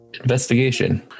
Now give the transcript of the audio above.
Investigation